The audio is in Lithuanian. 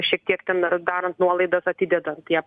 šiek tiek ten dar darant nuolaidas atidedant ją